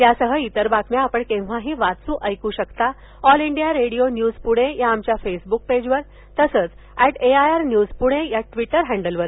या आणि इतर बातम्या आपण केव्हाही वाचू ऐकू शकता आमच्या all India radio news Pune या फेसबुक पेजवर तसंच ऍट एआयआर न्यूज पुणे या ट्विटर हँडलवर